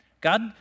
God